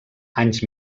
anys